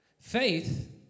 Faith